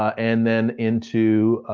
and then into,